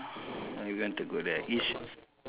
and we want to go there it's